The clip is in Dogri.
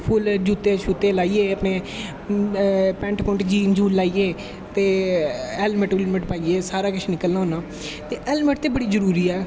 फुल्ल जूते शूते लाईयै अपनें पैंट आळऊ़ पुंट जीन जून लाईयै तं हैल्मट हुलमट पाईये सारा किश निकलना होनां ते हैल्मट ते बड़ी जरूरी ऐ